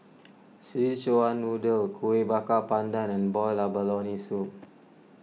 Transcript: Szechuan Noodle Kuih Bakar Pandan and Boiled Abalone Soup